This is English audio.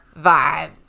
vibe